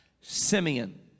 Simeon